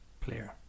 player